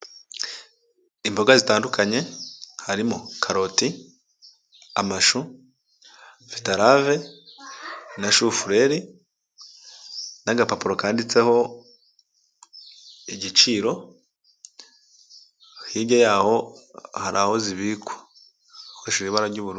Imboga zitandukanye harimo karoti, amashu, betarave na shufureri n'agapapuro kanditseho igiciro, hirya yaho hari aho zibikwa hakoreshejwe ibara ry'ubururu.